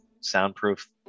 soundproof